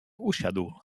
usiadł